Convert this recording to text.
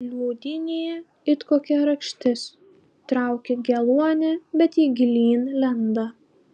liūdynė it kokia rakštis trauki geluonį bet ji gilyn lenda